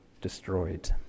destroyed